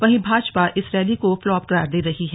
वहीं भाजपा इस रैली को फ्लॉप करार दे रहे हैं